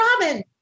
Robin